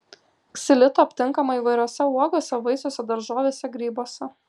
ksilito aptinkama įvairiose uogose vaisiuose daržovėse grybuose